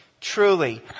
Truly